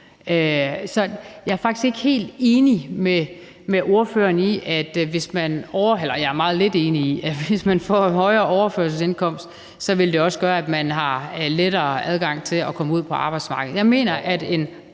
jeg er faktisk meget lidt enig med spørgeren i, at hvis man får en højere overførselsindkomst, vil det også gøre, at man har lettere adgang til at komme ud på arbejdsmarkedet.